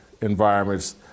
environments